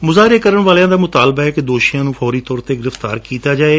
ਮੁਜਾਹਰੇ ਕਰਣ ਵਾਲਿਆਂ ਦਾ ਮੁਤਾਲਬ ਹੈ ਕਿ ਦੋਸ਼ੀਆਂ ਨੂੰ ਫੌਰੀ ਤੌਰ ਤੇ ਗ੍ਰਿਫਤਾਰ ਕੀਤਾ ਜਾਵੇ